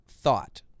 thought